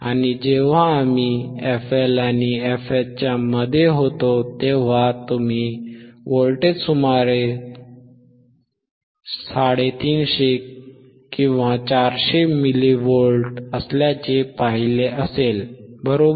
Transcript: आणि जेव्हा आम्ही fL आणि fHच्या मध्ये होतो तेव्हा तुम्ही व्होल्टेज सुमारे 350 400 मिली व्होल्ट असल्याचे पाहिले असेल बरोबर